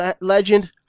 legend